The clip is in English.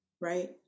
right